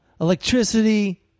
electricity